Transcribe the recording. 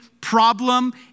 problem